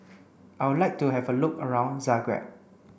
I would like to have a look around Zagreb